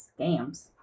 scams